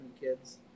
kids